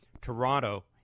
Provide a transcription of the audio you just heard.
Toronto